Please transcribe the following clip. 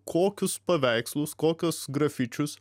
kokius paveikslus kokius grafičius